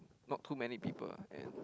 not too many people and